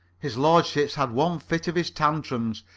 his lordship's had one fit of his tantrums,